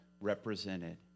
represented